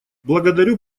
благодарю